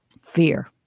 fear